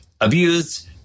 abused